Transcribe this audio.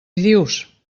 dius